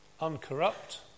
uncorrupt